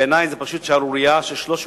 בעיני זו פשוט שערורייה ש-350,000